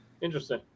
Interesting